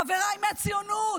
חבריי מהציונות?